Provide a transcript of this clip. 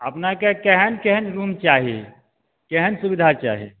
अपनेके केहेन केहेन रूम चाही केहेन सुविधा चाही